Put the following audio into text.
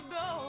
go